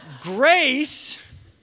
grace